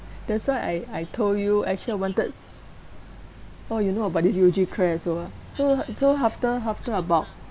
that's why I I told you actually I wanted oh you know about this U_G care also ah so so after after about